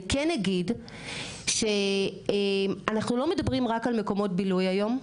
אני כן אגיד שאנחנו לא מדברים רק על מקומות בילוי היום,